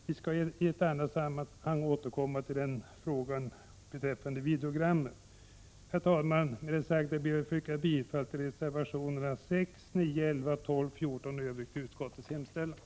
Vi skall i annat sammanhang återkomma till frågan om videogrammen. Herr talman! Med det sagda yrkar jag bifall till reservationerna 6, 9, 11, 12 och 14 och i övrigt till utskottets hemställan.